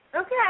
Okay